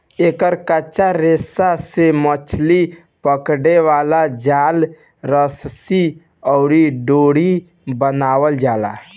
एकर कच्चा रेशा से मछली पकड़े वाला जाल, रस्सी अउरी डोरी बनावल जाला